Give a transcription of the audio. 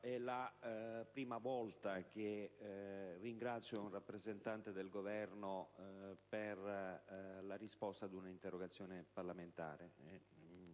è la prima volta che ringrazio un rappresentante del Governo per la risposta ad un'interrogazione parlamentare,